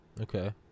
okay